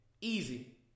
Easy